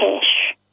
Cash